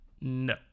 No